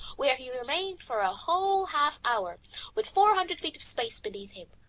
where he remained for a whole half hour with four hundred feet of space beneath him.